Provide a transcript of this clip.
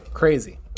crazy